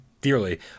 dearly